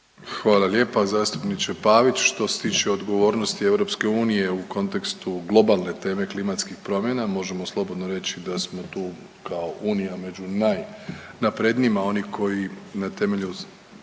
Hvala lijepa zastupniče Pavić. Što se tiče odgovornosti EU u kontekstu globalne teme klimatskih promjena možemo slobodno reći da smo tu kao Unija među najnaprednijima. Oni koji na temelju stanja